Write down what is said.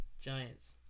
Giants